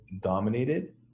dominated